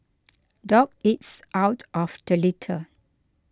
dog eats out of the litter